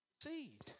seed